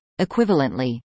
Equivalently